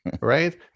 Right